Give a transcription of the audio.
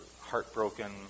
heartbroken